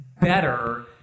better